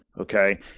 okay